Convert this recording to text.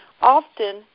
often